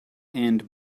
and